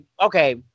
okay